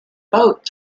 boat